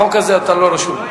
בחוק הזה אתה לא רשום.